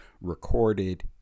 recorded